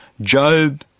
Job